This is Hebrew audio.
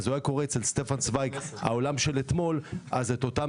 -- הוא היה קורא אצל סטפן צווייג בספר "העולם של אתמול": אותם